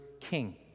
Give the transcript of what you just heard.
king